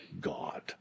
God